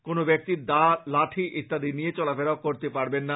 কোন ব্যাক্তি দা লাঠি ইত্যাদি নিয়ে চলাফেরা করতে পারবেন না